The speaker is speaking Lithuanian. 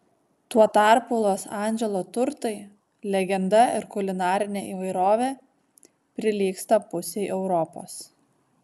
tuo tarpu los andželo turtai legenda ir kulinarinė įvairovė prilygsta pusei europos